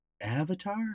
Avatar